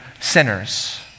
sinners